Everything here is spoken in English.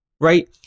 right